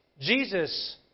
Jesus